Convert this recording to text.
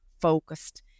focused